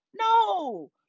No